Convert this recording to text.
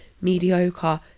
mediocre